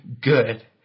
good